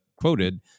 quoted